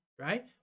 right